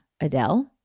Adele